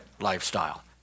lifestyle